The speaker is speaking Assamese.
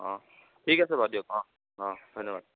অঁ ঠিক আছে বাৰু দিয়ক অঁ অঁ ধন্যবাদ